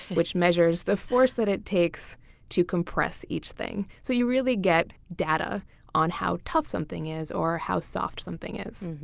which measures the force that it takes to compress each thing. so you get data on how tough something is or how soft something is.